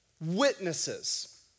witnesses